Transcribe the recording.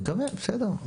נקווה, בסדר.